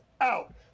out